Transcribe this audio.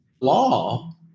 Law